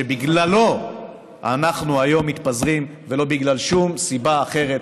שבגללו אנחנו היום מתפזרים ולא בגלל שום סיבה אחרת,